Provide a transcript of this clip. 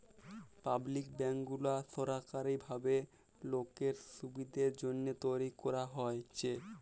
public bank গুলা সরকারি ভাবে লোকের সুবিধের জন্যহে তৈরী করাক হয়েছে